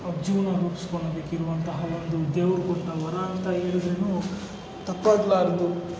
ಅವ್ರ ಜೀವನ ರೂಪಿಸ್ಕೊಳ್ಳೋಕ್ಕಿರುವಂತಹ ಒಂದು ದ್ಯಾವ್ರು ಕೊಟ್ಟ ವರ ಅಂತ ಹೇಳಿದ್ರೂ ತಪ್ಪಾಗಲಾರದು